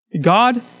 God